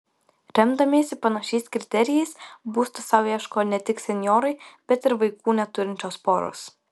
remdamiesi panašiais kriterijais būsto sau ieško ne tik senjorai bet ir vaikų neturinčios poros